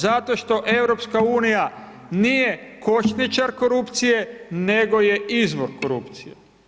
Zato što EU nije košničar korupcije, nego je izvor korupcije.